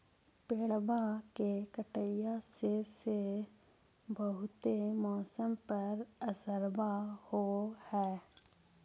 पेड़बा के कटईया से से बहुते मौसमा पर असरबा हो है?